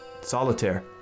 Solitaire